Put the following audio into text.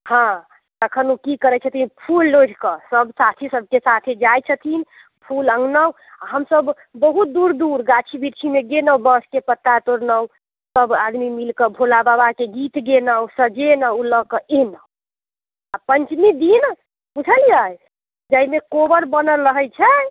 हँ तखन ओ की करैत छथिन फूल लोढ़ि कऽ सब साथी सबकेँ साथे जाइत छथिन फूल अनलहुँ हमसब बहुत दूर दूर गाछी वृक्षमे गेलहुँ बाँसके पत्ता तोड़लहुँ सब आदमी मिलके भोला बाबाके गीत गेलहुँ सजेलहुँ ओ लऽ के अयलहुँ आ पञ्चमी दिन बुझलियै जाहिमे कोबर बनल रहैत छै